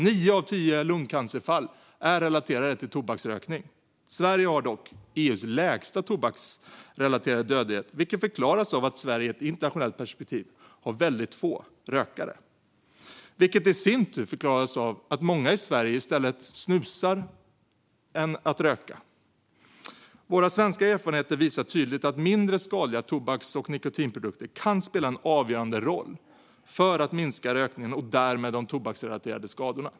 Nio av tio lungcancerfall är relaterade till tobaksrökning. Sverige har dock EU:s lägsta tobaksrelaterade dödlighet, vilket förklaras av att Sverige i ett internationellt perspektiv har väldigt få rökare. Detta förklaras i sin tur av att många i Sverige snusar i stället för att röka. Våra svenska erfarenheter visar tydligt att mindre skadliga tobaks och nikotinprodukter kan spela en avgörande roll för att minska rökningen och därmed de tobaksrelaterade skadorna.